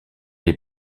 les